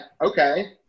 okay